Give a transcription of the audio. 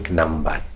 number